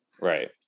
Right